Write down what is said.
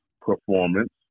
performance